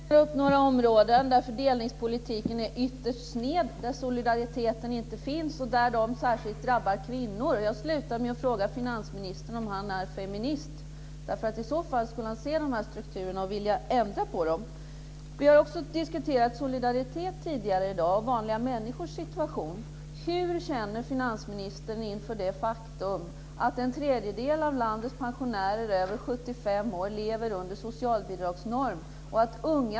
Fru talman! Jag räknade upp några områden där fördelningspolitiken är ytterst sned, där solidariteten inte finns och där det särskilt drabbar kvinnor. Jag avslutade med att fråga finansministern om han är feminist. I så fall skulle han se de strukturerna och vilja ändra på dem. Vi har diskuterat solidaritet och vanliga människors situation tidigare i dag. Hur känner finansministern inför det faktum att en tredjedel av landets pensionärer över 75 år lever under socialbidragsnormen?